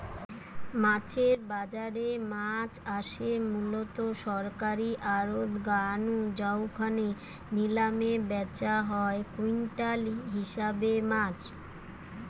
মাছের বাজারে মাছ আসে মুলত সরকারী আড়ত গা নু জউখানে নিলামে ব্যাচা হয় কুইন্টাল হিসাবে মাছ